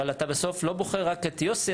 אבל אתה בסוף לא בוחר רק את יוסי,